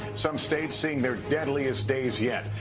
some states seeing their deadliest days yet.